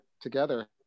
together